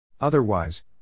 Otherwise